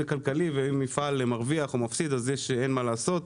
זה כלכלי ומפעל מרוויח או מפסיד אז אין מה לעשות,